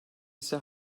ise